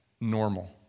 normal